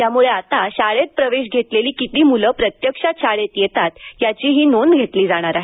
त्यामुळं आता शाळेत प्रवेश घेतलेली किती मुलं प्रत्यक्षात शाळेत येतात याचीही नोंद घेतली जाणार आहे